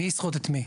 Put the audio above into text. מי יסחט את מי?